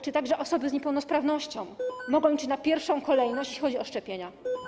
Czy także osoby z niepełnosprawności mogą liczyć na pierwszą kolejność, jeśli chodzi o szczepienia?